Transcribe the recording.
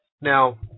Now